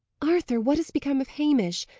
arthur, what has become of hamish?